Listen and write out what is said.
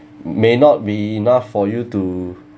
may not be enough for you to